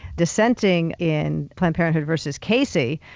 dissenting in planned parenthood versus casey,